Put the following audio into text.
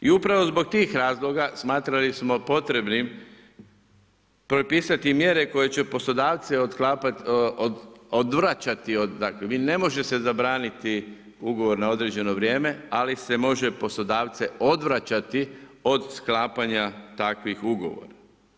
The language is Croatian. I upravo zbog tih razloga smatrali smo potrebnim propisati mjere koje će poslodavci odvraćati, dakle ne može se zabraniti ugovor na određeno vrijeme, ali se može poslodavce odvraćati od sklapanja takvih ugovora.